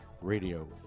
Radio